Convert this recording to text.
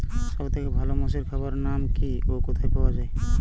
সব থেকে ভালো মোষের খাবার নাম কি ও কোথায় পাওয়া যায়?